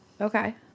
Okay